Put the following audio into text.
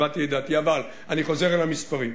הבעתי את דעתי, אבל אני חוזר אל המספרים.